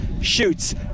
Shoots